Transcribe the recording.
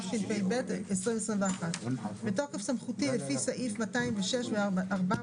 התשפ"ב-2021 בתוקף סמכותי לפי סעיפים 206 ו- 400